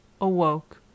awoke